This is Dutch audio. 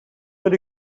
moet